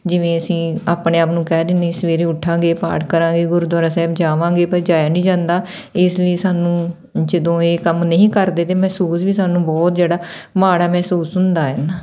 ਜਿਵੇਂ ਅਸੀਂ ਆਪਣੇ ਆਪ ਨੂੰ ਕਹਿ ਦਿੰ ਦੇ ਸਵੇਰੇ ਉੱਠਾਂਗੇ ਪਾਠ ਕਰਾਂਗੇ ਗੁਰਦੁਆਰਾ ਸਾਹਿਬ ਜਾਵਾਂਗੇ ਪਰ ਜਾਇਆ ਨਹੀਂ ਜਾਂਦਾ ਇਸ ਲਈ ਸਾਨੂੰ ਜਦੋਂ ਇਹ ਕੰਮ ਨਹੀਂ ਕਰਦੇ ਤਾਂ ਮਹਿਸੂਸ ਵੀ ਸਾਨੂੰ ਬਹੁਤ ਜਿਹੜਾ ਮਾੜਾ ਮਹਿਸੂਸ ਹੁੰਦਾ ਐਨਾ